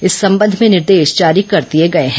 इस संबंध में निर्देश जारी कर दिए गए हैं